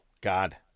God